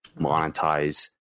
monetize